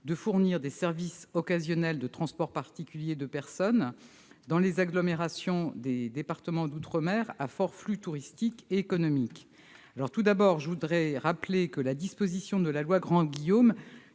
de fournir des services occasionnels de transport particulier de personnes dans les agglomérations des DROM à forts flux touristiques et économiques. Je voudrais rappeler que la disposition de la loi Grandguillaume